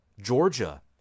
Georgia